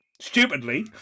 stupidly